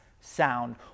sound